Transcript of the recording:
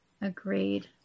Agreed